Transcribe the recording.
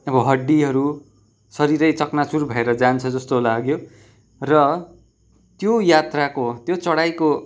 अब हड्डीहरू शरीरै चकनाचुर भएर जान्छ जस्तो लाग्यो र त्यो यात्राको त्यो चढाइको